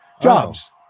Jobs